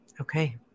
Okay